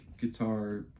guitar